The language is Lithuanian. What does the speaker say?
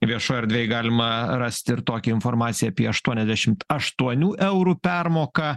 viešoj erdvėj galima rasti ir tokią informaciją apie aštuoniasdešim aštuonių eurų permoką